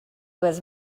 was